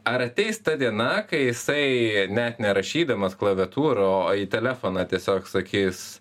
ar ateis ta diena kai jisai net nerašydamas klaviatūra o į telefoną tiesiog sakys